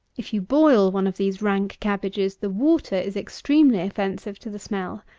if you boil one of these rank cabbages, the water is extremely offensive to the smell.